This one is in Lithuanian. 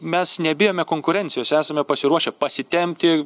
mes nebijome konkurencijos esame pasiruošę pasitempti